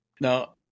Now